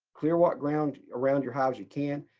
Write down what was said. clear what ground around your hives, you can.